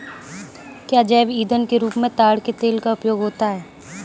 क्या जैव ईंधन के रूप में ताड़ के तेल का उपयोग होता है?